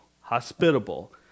hospitable